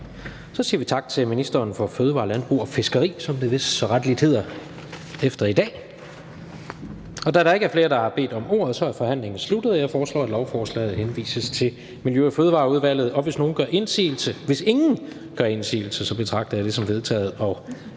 Så siger vi tak til ministeren for fødevarer, landbrug og fiskeri, som det vist så rettelig hedder fra i dag. Da der ikke er flere, der har bedt om ordet, er forhandlingen sluttet. Jeg foreslår, at lovforslaget henvises til Miljø- og Fødevareudvalget. Og hvis ingen gør indsigelse, betragter jeg det som vedtaget.